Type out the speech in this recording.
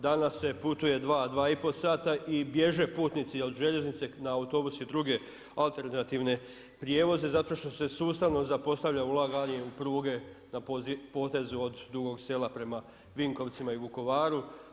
Danas se putuje 2, 2 i pol sata i bježe putnici od željeznice na autobus i druge alternativne prijevoze zato što se sustavno zapostavlja ulaganje u pruge na potezu od Dugog Sela prema Vinkovcima i Vukovaru.